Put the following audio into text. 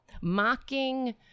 mocking